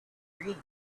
dream